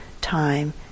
time